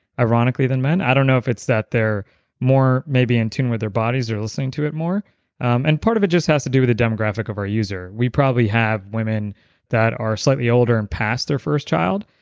ironically than men. i don't know if it's that they're more maybe in tune with their bodies or listening to it more and part of it just has to do with the demographic of our user. we probably have women that are slightly older and past their first child,